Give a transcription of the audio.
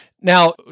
Now